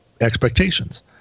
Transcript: expectations